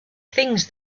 things